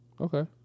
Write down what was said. Okay